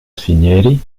cinieri